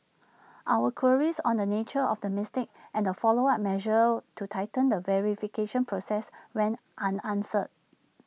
our queries on the nature of the mistake and the follow up measures to tighten the verification process went unanswered